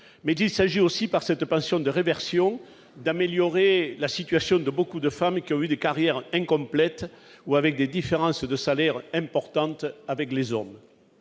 il s'agit aussi, par cette pension de réversion, d'améliorer la situation de nombre de femmes qui ont connu des carrières incomplètes ou des différences de salaire importantes avec les hommes.